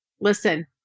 listen